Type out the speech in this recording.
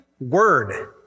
word